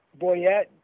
Boyette